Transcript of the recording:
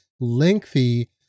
lengthy